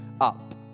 up